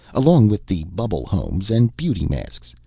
along with the bubble homes and beauty masks.